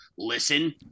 listen